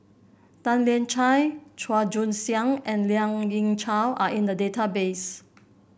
Tan Lian Chye Chua Joon Siang and Lien Ying Chow are in the database